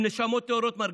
הם נשמות טהורות,